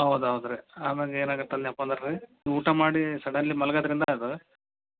ಹೌದು ಹೌದು ರೀ ಆಮ್ಯಾಗೆ ಏನಾಗತ್ತೆ ಅಂದ್ನೇಪ್ಪ ಅಂದ್ರೆ ರಿ ಊಟ ಮಾಡಿ ಸಡನ್ಲಿ ಮಲ್ಗೋದ್ರಿಂದ ಅದು